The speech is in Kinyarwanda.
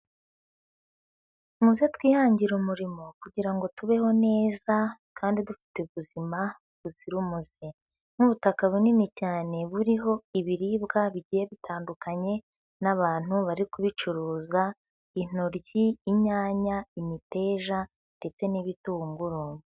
Muze twihangire umurimo, kugira ngo tubeho neza, kandi dufite ubuzima buzira umuze, n'ubutaka bunini cyane, buriho ibiribwa bigiye bitandukanye n'abantu bari kubicuruza intoryi, inyanya, imiteja ndetse n'ibitunguru.